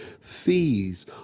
fees